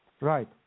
Right